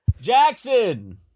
Jackson